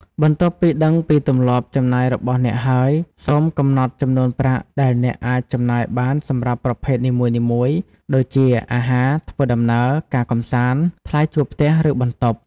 បន្ទាប់ពីដឹងពីទម្លាប់ចំណាយរបស់អ្នកហើយ សូមកំណត់ចំនួនប្រាក់ដែលអ្នកអាចចំណាយបានសម្រាប់ប្រភេទនីមួយៗ ដូចជា អាហារ ធ្វើដំណើរ ការកម្សាន្ត ថ្លៃជួលផ្ទះ ឬ បន្ទប់។